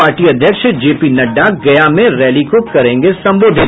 party अध्यक्ष जेपी नड्डा गया में rally को करेंगे संबोधित